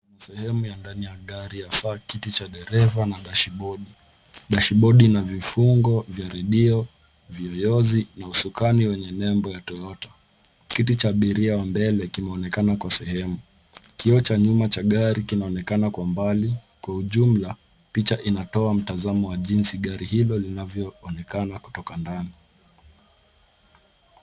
Sehemu ya ndani ya gari, hasaa kiti cha dereva na dashibodi. Dashibodi inavifungo vya redio, vya yozi na usukani wenye nembo ya toyota. Kiti cha abiria wa mbele kimeonekana kwa sehemu. Kioo cha nyuma cha gari kinaonekana kwa mbali. Kwa ujumla picha inatoa mtazamo wa jinsi gari hilo linavyoonekana kutoka ndani.